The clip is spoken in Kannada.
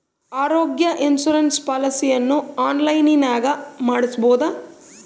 ಆರೋಗ್ಯ ಇನ್ಸುರೆನ್ಸ್ ಪಾಲಿಸಿಯನ್ನು ಆನ್ಲೈನಿನಾಗ ಮಾಡಿಸ್ಬೋದ?